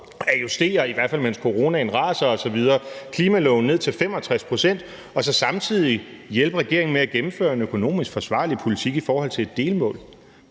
klogere, i hvert fald mens coronaen raser osv., at justere klimamålet ned til 65 pct. og så samtidig hjælpe regeringen med at gennemføre en økonomisk forsvarlig politik i forhold til et delmål.